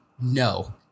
no